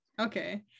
Okay